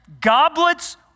goblets